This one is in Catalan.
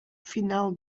final